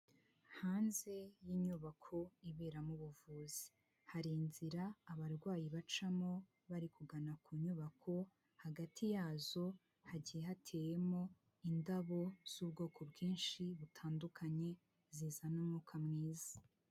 Hanze y'inyubako iberamo ubuvuzi hari inzira abarwayi bacamo bari kugana ku nyubako, hagati yazo hagiye hateyemo indabo z'ubwoko bwinshi butandukanye zizana umwuka mwiza.